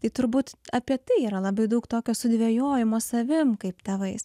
tai turbūt apie tai yra labai daug tokio sudvejojimo savim kaip tėvais